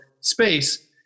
space